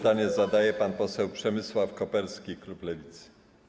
Pytanie zadaje pan poseł Przemysław Koperski, klub Lewicy.